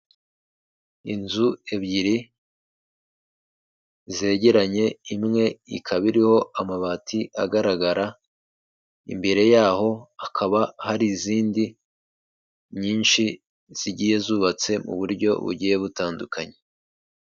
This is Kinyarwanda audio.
Inzu ebyiri zegeranye imwe ikaba iriho amabati agaragara, imbere yaho hakaba hari iizindi nyinshi zigiye zubatse mu buryo bugiye butandukanye.